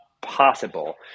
possible